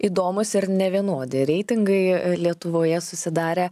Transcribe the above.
įdomūs ir nevienodi reitingai lietuvoje susidarė